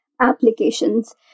applications